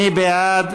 מי בעד?